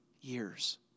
years